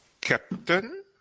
Captain